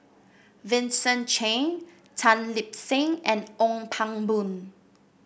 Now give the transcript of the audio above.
Vincent Cheng Tan Lip Seng and Ong Pang Boon